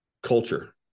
culture